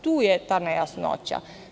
Tu je ta nejasnoća.